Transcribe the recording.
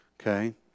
okay